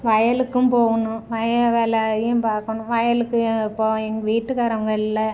வயலுக்கும் போகணும் வயல் வேலையும் பார்க்கணும் வயலுக்கு இப்போ எங் வீட்டுக்காரரு அவங்க இல்லை